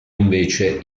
invece